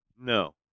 No